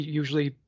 usually